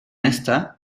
esta